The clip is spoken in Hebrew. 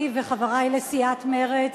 אני וחברי לסיעת מרצ